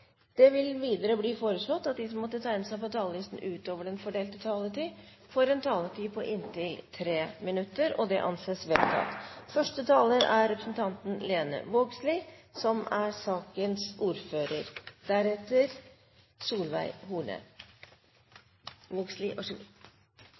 Det vil videre bli foreslått at de som måtte tegne seg på talerlisten utover den fordelte taletid, får en taletid på inntil 3 minutter. – Det anses vedtatt. I denne komiteen diskuterer vi ofte data og ny teknologi, men da som